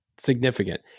Significant